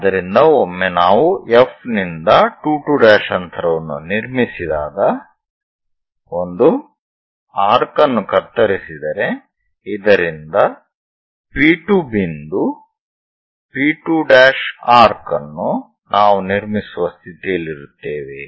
ಆದ್ದರಿಂದ ಒಮ್ಮೆ ನಾವು Fನಿಂದ 2 2 'ಅಂತರವನ್ನು ನಿರ್ಮಿಸಿದಾಗ ಒಂದು ಆರ್ಕ್ ಅನ್ನು ಕತ್ತರಿಸಿದರೆ ಇದರಿಂದ P2 ಬಿಂದು P2' ಆರ್ಕ್ ಅನ್ನು ನಾವು ನಿರ್ಮಿಸುವ ಸ್ಥಿತಿಯಲ್ಲಿರುತ್ತೇವೆ